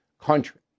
country